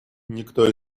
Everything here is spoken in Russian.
никто